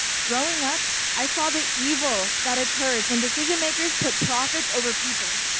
growing up, i saw the evil that occurs when decision-makers put profits over people.